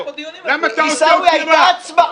למה אתה עושה אותי רע?